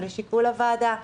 אבל לשיקול הוועדה.